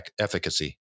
efficacy